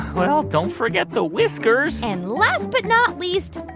well, don't forget the whiskers. and, last but not least,